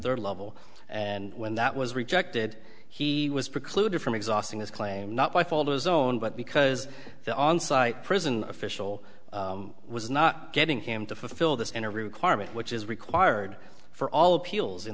third level and when that was rejected he was precluded from exhausting his claim not by fault of his own but because the on site prison official was not getting him to fulfill this in a requirement which is required for all appeals in